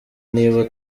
niba